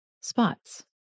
spots